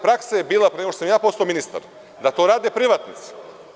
Praksa je bila, pre nego što sam ja postao ministar, da to rade privatnici.